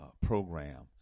program